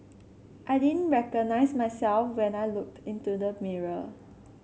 I didn't recognise myself when I looked into the mirror